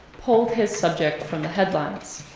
pulled his subject from the headlines.